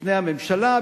בפני הממשלה,